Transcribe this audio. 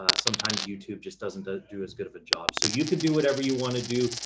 sometimes youtube just doesn't ah do as good of a job. so you could do whatever you want to do.